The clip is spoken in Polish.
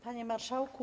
Panie Marszałku!